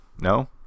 No